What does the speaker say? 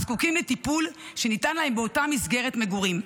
הזקוקים לטיפול שניתן להם באותה מסגרת מגורים.